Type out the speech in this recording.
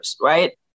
right